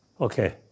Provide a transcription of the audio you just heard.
Okay